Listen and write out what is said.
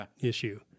issue